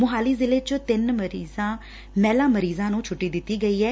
ਮੋਹਾਲੀ ਜਿਲ੍ਹੇ ਵਿਚ ਤਿੰਨ ਮਹਿਲਾ ਮਰੀਜਾਂ ਨੂੰ ਛੁੱਟੀ ਦਿੱਤੀ ਗਈ ਏ